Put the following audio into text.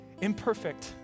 Imperfect